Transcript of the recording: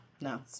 no